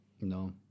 No